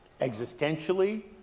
Existentially